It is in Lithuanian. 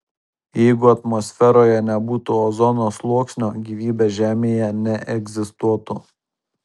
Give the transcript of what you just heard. jeigu atmosferoje nebūtų ozono sluoksnio gyvybė žemėje neegzistuotų